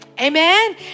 Amen